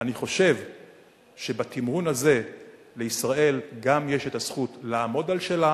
אני חושב שבתמרון הזה לישראל גם יש הזכות לעמוד על שלה,